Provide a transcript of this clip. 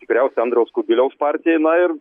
tikriausia andriaus kubiliaus partijai na ir